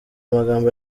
magambo